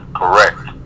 correct